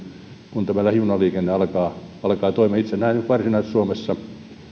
kun lähijunaliikenne alkaa alkaa toimia itse näen että varsinais suomessa